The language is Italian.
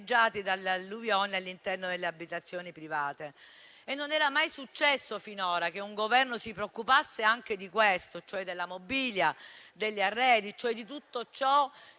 dall'alluvione all'interno delle abitazioni private. Non era mai successo finora che un Governo si preoccupasse anche di questo, e cioè della mobilia, degli arredi, di tutto ciò